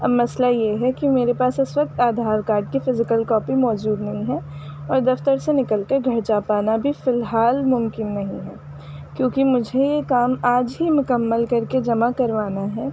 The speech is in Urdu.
اب مسئلہ یہ ہے کہ میرے پاس اس وقت آدھار کارڈ کی فزیکل کاپی موجود نہیں ہے اور دفتر سے نکل کر گھر جا پانا بھی فی الحال ممکن نہیں ہے کیونکہ مجھے یہ کام آج ہی مکمل کر کے جمع کروانا ہے